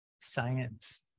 science